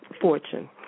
fortune